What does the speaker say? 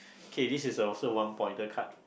okay this is also one point the card